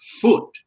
foot